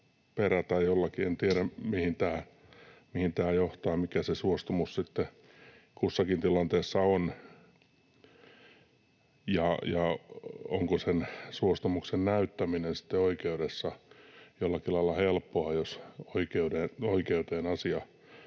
perätä jollakin... En tiedä, mihin tämä johtaa, mikä se suostumus sitten kussakin tilanteessa on ja onko sen suostumuksen näyttäminen sitten oikeudessa jollakin lailla helppoa, jos oikeuteen asia